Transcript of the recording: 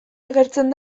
agertzen